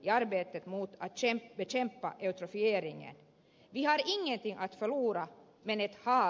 vi har ingenting att förlora men ett hav att vinna